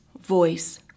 voice